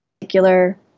particular